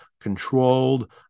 controlled